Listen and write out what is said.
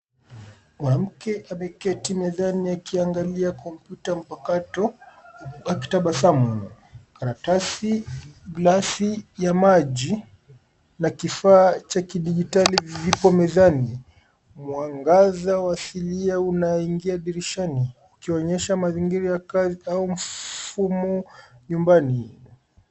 Mwanamke ameketi mezani akiangalia kompyuta mpakato akitabasamu karatasi kilasi ya maji na kifaa cha kidigitali vipo mezani, mwangaza wa asilia unaingia dirishani ukionyesha mazingira ya kazi au mfumo nyumbani.